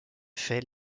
fait